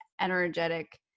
energetic